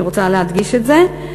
אני רוצה להדגיש את זה.